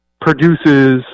produces